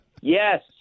Yes